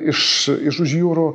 iš iš už jūrų